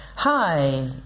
Hi